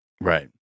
Right